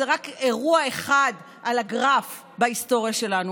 זה רק אירוע אחד על הגרף בהיסטוריה שלנו,